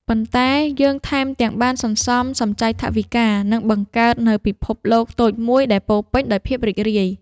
ប៉ុន្តែយើងថែមទាំងបានសន្សំសំចៃថវិកា និងបង្កើតនូវពិភពលោកតូចមួយដែលពោរពេញដោយភាពរីករាយ។